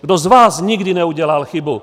Kdo z vás nikdy neudělal chybu?